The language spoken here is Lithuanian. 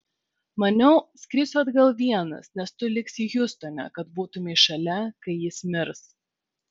maniau skrisiu atgal vienas nes tu liksi hjustone kad būtumei šalia kai jis mirs